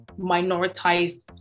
minoritized